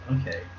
Okay